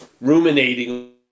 ruminating